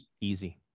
Easy